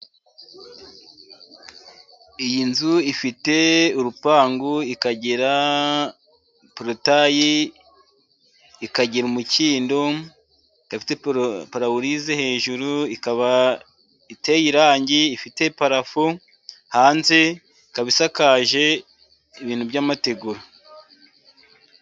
Iyi nzu ifite urupangu, ikagira porotayi, ikagira umukindo, ikaba ifite paraburize hejuru, ikababa iteye irangi ifite parafu, hanze ikaba isakaje ibintu by'amategura.